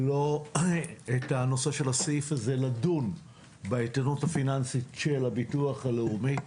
לדון בסעיף הזה של האיתנות הפיננסית של הביטוח הלאומי,